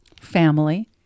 Family